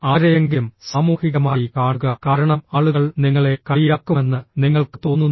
ആരെയെങ്കിലും സാമൂഹികമായി കാണുക കാരണം ആളുകൾ നിങ്ങളെ കളിയാക്കുമെന്ന് നിങ്ങൾക്ക് തോന്നുന്നു